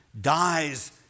dies